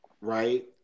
right